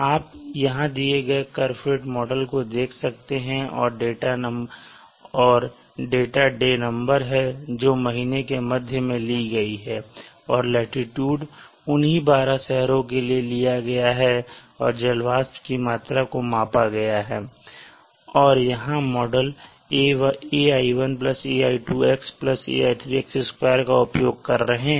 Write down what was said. आप यहां दिए गए कर्व फिट मॉडल को देख सकते हैं और डेटा डे नंबर है जो महीने के मध्य में ली गई है और लाटीट्यूड उन्हीं 12 शहरों के लिए लिया गया है और जल वाष्प की मात्रा को मापा गया है और यहां मॉडल ai1ai2x ai3x2 का उपयोग कर रहे हैं